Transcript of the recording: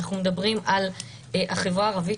אנחנו מדברים על החברה הערבית,